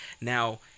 Now